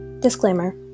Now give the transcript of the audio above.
Disclaimer